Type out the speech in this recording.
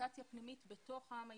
פרגמנטציה פנימית בתוך העם היהודי,